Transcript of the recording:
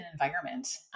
environment